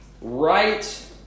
right